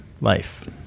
life